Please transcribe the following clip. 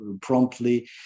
promptly